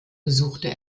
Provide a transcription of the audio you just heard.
besuchte